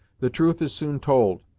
the truth is soon told,